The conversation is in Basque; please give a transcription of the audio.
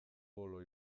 bolo